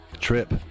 Trip